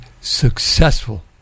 successful